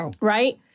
Right